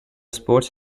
sports